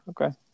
Okay